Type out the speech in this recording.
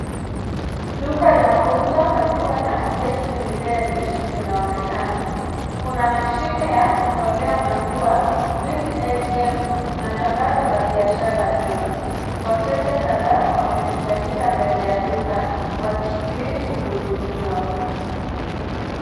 Duka la kuuza maziwa la destiny dairies linaonekana kuna mashine ya kutolea maziwa milk ATM na tangazo la biashara hio wateja kadhaa wamekusanyika mbele ya duka wakisubiri kuhudumiwa.